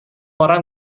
orang